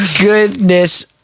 goodness